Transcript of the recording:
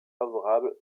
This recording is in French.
favorable